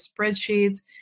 spreadsheets